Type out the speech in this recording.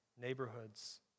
neighborhoods